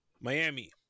miami